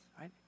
right